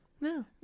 no